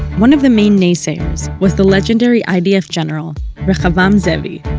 one of the main naysayers was the legendary idf general rehavam zeevi,